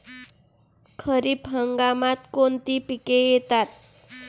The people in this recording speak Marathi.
खरीप हंगामात कोणती पिके येतात?